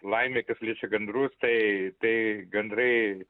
laimei kas liečia gandrus tai tai gandrai